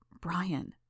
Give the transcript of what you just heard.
Brian